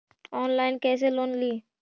Online कैसे loan ली?